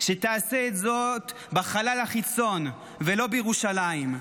שתעשה זאת בחלל החיצון ולא בירושלים.